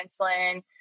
insulin